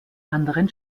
anderen